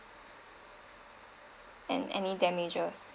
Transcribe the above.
and any damages